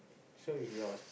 so if yours